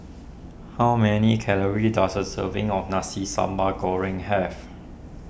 how many calories does a serving of Nasi Sambal Goreng have